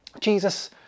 Jesus